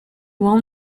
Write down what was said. won